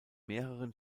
mehreren